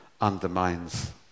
undermines